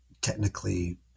technically